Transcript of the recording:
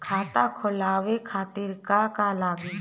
खाता खोलवाए खातिर का का लागी?